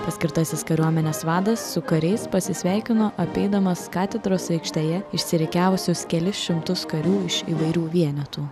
paskirtasis kariuomenės vadas su kariais pasisveikino apeidamas katedros aikštėje išsirikiavusius kelis šimtus karių iš įvairių vienetų